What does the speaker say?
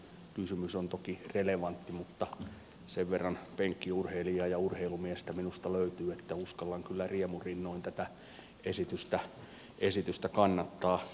tämä kysymys on toki relevantti mutta sen verran penkkiurheilijaa ja urheilumiestä minusta löytyy että uskallan kyllä riemurinnoin tätä esitystä kannattaa